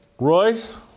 Royce